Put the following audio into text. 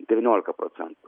devyniolika procentų